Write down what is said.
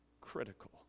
critical